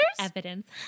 evidence